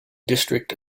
district